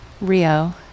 Rio